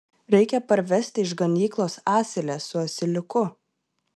reikia parvesti iš ganyklos asilę su asiliuku